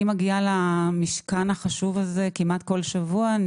אני מגיעה למשכן החשוב הזה כמעט כל שבוע.